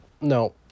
no